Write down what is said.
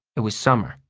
it was summer.